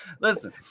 Listen